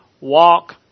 walk